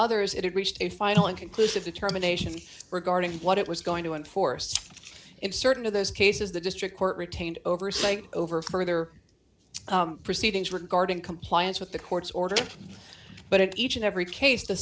had reached a final inconclusive determination regarding what it was going to enforce in certain of those cases the district court retained oversight over further proceedings regarding compliance with the court's order but it each and every case the